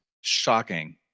shocking